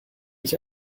ich